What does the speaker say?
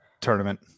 tournament